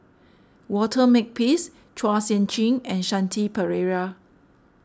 Walter Makepeace Chua Sian Chin and Shanti Pereira